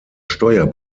steuer